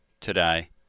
today